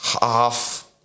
half